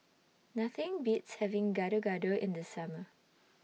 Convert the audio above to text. Nothing Beats having Gado Gado in The Summer